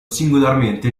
singolarmente